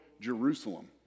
Jerusalem